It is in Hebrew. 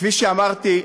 כפי שאמרתי,